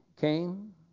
came